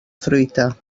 fruita